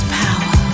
power